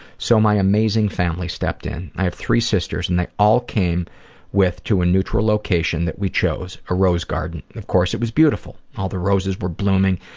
so my amazing family stepped in. i have three sisters and they all came with to a neutral location that we chose. a rose garden, of course it was beautiful. all the roses were blooming,